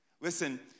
Listen